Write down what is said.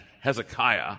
Hezekiah